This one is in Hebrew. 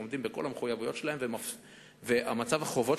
שהם עומדים בכל המחויבויות שלהם ומצב החובות